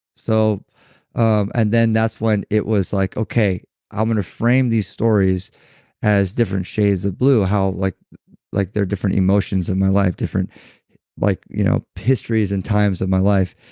so and then that's when it was like, okay i'm going to frame these stories as different shades of blue, how like like they're different emotions in my life, different like you know histories and times of my life.